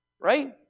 right